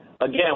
Again